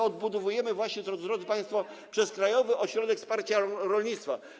Odbudowujemy właśnie, drodzy państwo, przez Krajowy Ośrodek Wsparcia Rolnictwa.